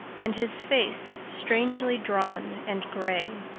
and his face strangely drawn and gray.